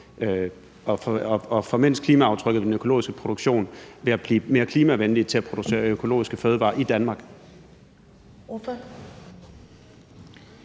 at formindske klimaaftrykket ved den økologiske produktion ved at blive mere klimavenlige i forhold til at producere økologiske fødevarer i Danmark?